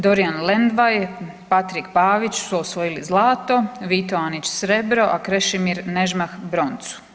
Dorijan Lendvaj, Patrik Pavić su osvojili zlato, Vito Anić srebro, a Krešimi Nežmah broncu.